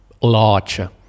larger